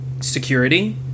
security